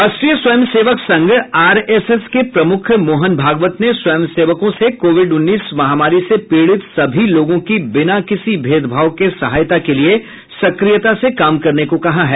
राष्ट्रीय स्वयंसेवक संघ आर एस एस के प्रमुख मोहन भागवत ने स्वयंसेवकों से कोविड उन्नीस महामारी से पीडित सभी लोगों की बिना किसी भेदभाव के सहायता के लिए सक्रियता से काम करने को कहा है